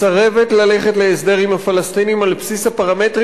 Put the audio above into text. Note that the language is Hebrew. מסרבת ללכת להסדר עם הפלסטינים על בסיס הפרמטרים